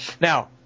Now